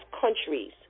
countries